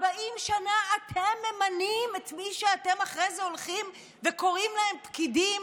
40 שנה אתם ממנים את מי שאתם אחרי זה הולכים וקוראים להם "פקידים",